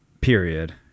period